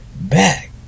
back